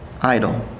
idle